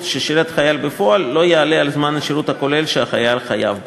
ששירת החייל בפועל לא יעלה על זמן השירות הכולל שהחייל חייב בו.